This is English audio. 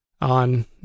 on